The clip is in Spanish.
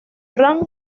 rand